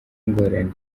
ingorane